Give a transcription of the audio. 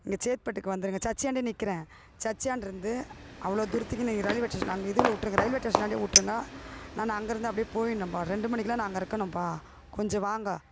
இங்கே சேத்துபட்டுக்கு வந்துடுங்க சர்ச்சான்டயே நிற்கிறேன் சர்ச்சான்டை இருந்து அவ்வளோ தூரத்துக்கு நீங்கள் ரயில்வே ஸ்டேஷன் அங்கே இதுவில் விட்ருங்க ரயில்வே ஸ்டேஷன் ஆண்டேயே விட்ருங்க நான் அங்கே இருந்து அப்டி போயிடுணும்ப்பா ரெண்டு மணிக்கெலாம் நான் அங்கே இருக்கணும்ப்பா கொஞ்சம் வாங்கோ